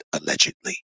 allegedly